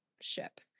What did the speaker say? ship